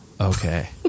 Okay